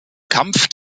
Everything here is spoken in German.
kampf